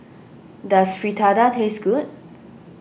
does Fritada taste good